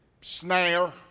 snare